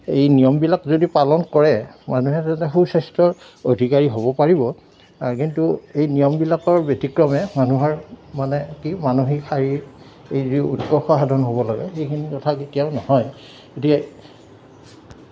এই নিয়মবিলাক যদি পালন কৰে মানুহে তেন্তে সুস্বাস্থ্যৰ অধিকাৰী হ'ব পাৰিব কিন্তু এই নিয়মবিলাকৰ ব্যতিক্ৰমে মানুহৰ মানে কি মানসিক শাৰীৰিক এই যি উৎকৰ্ষ সাধন হ'ব লাগে সেইখিনি কথা কেতিয়াও নহয় গতিকে